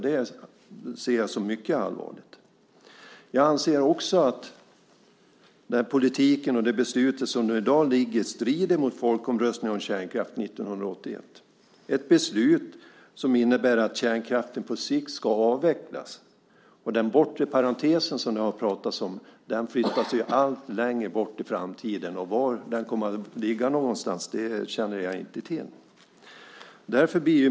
Det ser jag som mycket allvarligt. Jag anser också att den politik och det beslut som i dag ligger strider mot folkomröstningen om kärnkraft 1981, vars resultat innebär att kärnkraften på sikt ska avvecklas. Den bortre parentesen, som det har pratats om, flyttas allt längre bort i framtiden. Var den kommer att ligga känner jag inte till.